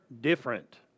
different